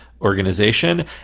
organization